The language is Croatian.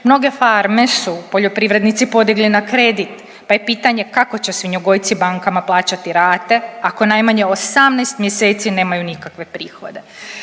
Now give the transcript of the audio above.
Mnoge farme su poljoprivrednici podigli na kredit pa je pitanje kako će svinjogojci bankama plaćati rate ako najmanje 18 mjeseci nemaju nikakve prihode.